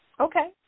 okay